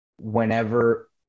whenever